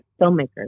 filmmakers